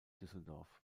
düsseldorf